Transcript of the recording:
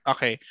Okay